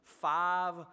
five